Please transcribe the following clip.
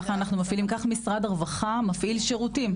כך משרד הרווחה מפעיל שירותים,